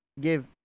give